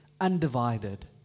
Undivided